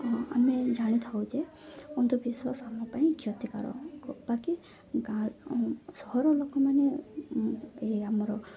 ହଁ ଆମେ ଜାଣିଥାଉ ଯେ ଅନ୍ଧବିଶ୍ୱାସ ଆମ ପାଇଁ କ୍ଷତିକାରକ ବାକି ଗାଁ ସହର ଲୋକମାନେ ଏ ଆମର